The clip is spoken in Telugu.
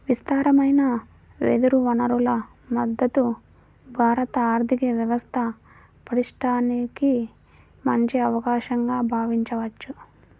విస్తారమైన వెదురు వనరుల మద్ధతు భారత ఆర్థిక వ్యవస్థ పటిష్టానికి మంచి అవకాశంగా భావించవచ్చు